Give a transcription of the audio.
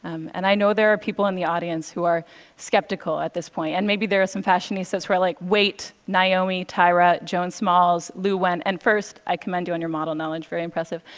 um and i know there are people in the audience who are skeptical at this point, and maybe there are some fashionistas who are like, wait. naomi. tyra. joan smalls. liu wen. and first, i commend you on your model knowledge. very impressive.